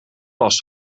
last